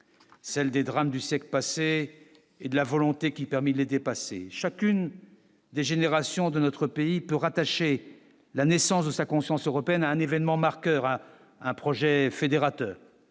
celle des drames du siècle passé et de la volonté qui permit l'était passé chacune des générations de notre pays peut rattacher la naissance de sa conscience européenne à un événement marquera un projet fédérateur.